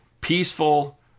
peaceful